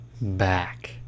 back